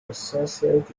associated